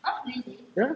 ya